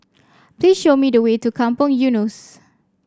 please show me the way to Kampong Eunos